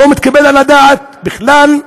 לא מתקבל על הדעת בכלל,